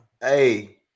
Hey